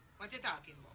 what you talking